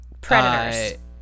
Predators